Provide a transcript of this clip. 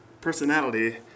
personality